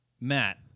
Matt